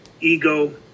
ego